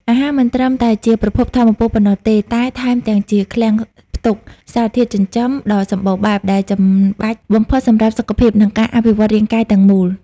អាហារមិនត្រឹមតែជាប្រភពថាមពលប៉ុណ្ណោះទេ តែថែមទាំងជាឃ្លាំងផ្ទុក សារធាតុចិញ្ចឹម ដ៏សម្បូរបែបដែលចាំបាច់បំផុតសម្រាប់សុខភាព និងការអភិវឌ្ឍរាងកាយទាំងមូល។